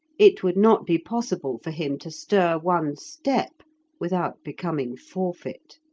it would not be possible for him to stir one step without becoming forfeit!